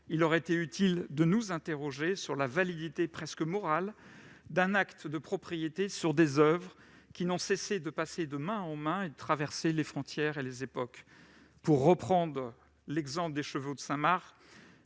Il eût été utile de nous interroger sur la validité, presque morale, d'un acte de propriété sur des oeuvres qui n'ont cessé de passer de main en main et de traverser les frontières et les époques. Pour reprendre l'exemple des chevaux de Saint-Marc,